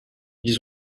ils